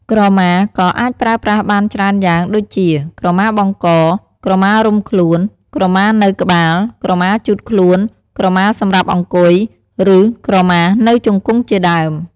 ក្រមាក៏អាចប្រើប្រាស់បានច្រើនយ៉ាងដូចជា ក្រមាបង់ក ក្រមារុំខ្លួន ក្រមានៅក្បាល ក្រមាជូតខ្លួន ក្រមាសម្រាប់អង្គុយ ឬក្រមានៅជង្គង់ជាដើម។